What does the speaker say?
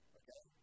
okay